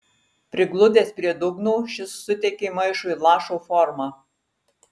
prigludęs prie dugno šis suteikė maišui lašo formą